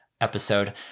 episode